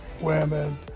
women